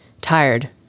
Tired